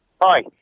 Hi